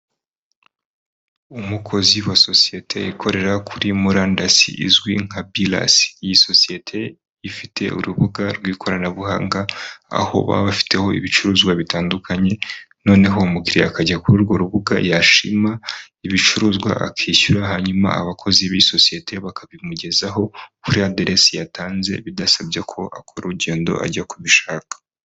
Umukozi wa sosiyete ikorera kuri murandasi izwi nka bilasi, iyi sosiyete ifite urubuga rw'ikoranabuhanga, aho baba bafiteho ibicuruzwa bitandukanye noneho umu gihe akajya kurirwo rubuga yashima ibicuruzwa akishyura hanyuma abakozi b'iyi sosiyete bakabimugezaho kuri aderesi yatanze bidasabye ko akora urugendo ajya kubishaka.